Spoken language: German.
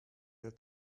hält